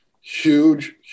Huge